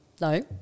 No